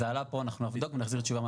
זה עלה פה, אנחנו נבדוק ונחזיר תשובה.